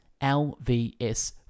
LVS